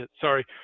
sorry